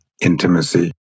intimacy